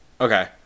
Okay